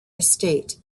estate